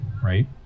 Right